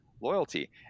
loyalty